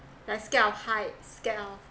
like scared of heights scared of